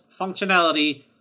functionality